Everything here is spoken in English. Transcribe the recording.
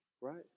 right